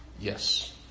Yes